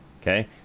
okay